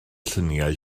lluniau